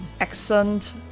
accent